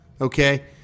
Okay